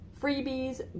freebies